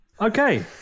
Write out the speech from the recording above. okay